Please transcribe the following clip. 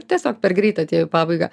tiesiog per greit atėjo į pabaigą